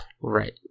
Right